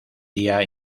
día